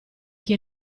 chi